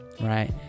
right